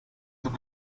doch